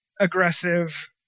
aggressive